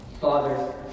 Father